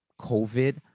COVID